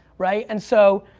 right? and so